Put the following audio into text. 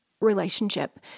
relationship